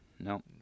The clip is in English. no